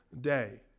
day